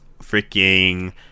freaking